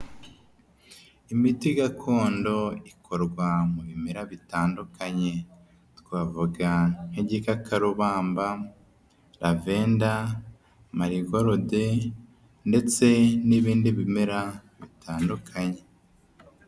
Imiti gakondo ikorwa mu bimera bitandukanye. Twavuga nk'igikakarubamba, lavenda, marigorode ndetse n'ibindi bimera bitandukanye.